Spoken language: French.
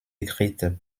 écrites